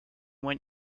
went